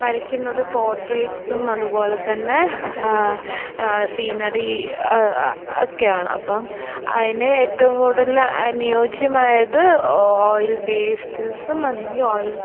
വരയ്ക്കുന്നത് പോട്രേറ്റ്സും അതുപോലെതന്നെ സീനറി ഒക്കെയാണ് അപ്പം അതിന് ഏറ്റവും കൂടുതൽ അനുയോജ്യമായത് ഓയിൽ പേസ്റ്റിൽസും അല്ലെങ്കിൽ ഓയിൽ